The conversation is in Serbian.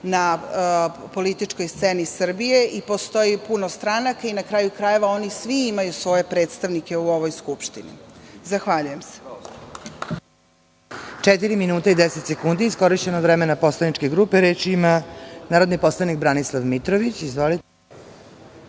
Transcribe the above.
na političkoj sceni Srbije i postoji puno stranaka i oni svi imaju svoje predstavnike u ovoj Skupštini. Zahvaljujem se.